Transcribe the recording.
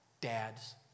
dad's